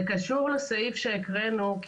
זה קשור לסעיף שהקראנו.